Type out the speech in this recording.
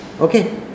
Okay